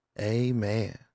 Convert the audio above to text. Amen